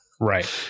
Right